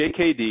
JKD